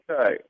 Okay